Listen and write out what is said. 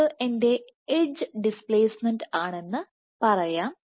ഇത് എൻറെ edge displacement ആണെന്ന് പറയാം